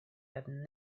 had